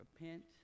Repent